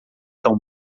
são